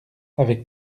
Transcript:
avec